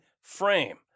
frame